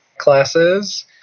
Classes